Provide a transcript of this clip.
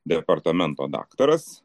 departamento daktaras